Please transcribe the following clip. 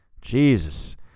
Jesus